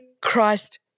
Christ